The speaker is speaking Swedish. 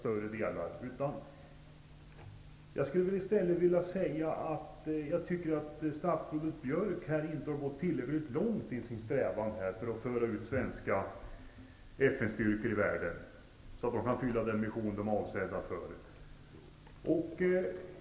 Men jag tycker att statsrådet Björck inte har gått tillräckligt långt i sin strävan att föra ut svenska FN-styrkor i världen så att de kan fylla den mission de är avsedda för.